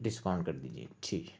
discount کر دیجئے ٹھیک ہے